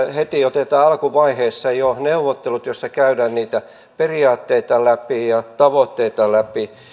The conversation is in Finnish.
heti alkuvaiheessa jo neuvottelut joissa käydään niitä periaatteita läpi ja tavoitteita läpi